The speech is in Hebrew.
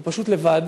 הוא פשוט לבד,